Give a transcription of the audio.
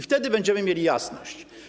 Wtedy będziemy mieli jasność.